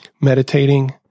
meditating